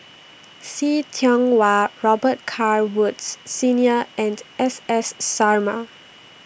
See Tiong Wah Robet Carr Woods Senior and S S Sarma